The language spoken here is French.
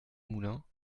moulin